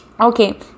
okay